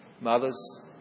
mothers